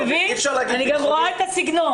אי אפשר להגיד ביטחוני --- אני רואה את הסגנון.